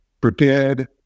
prepared